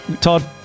Todd